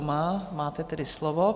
Má, máte tedy slovo.